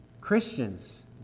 Christians